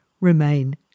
remain